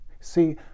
See